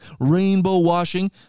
rainbow-washing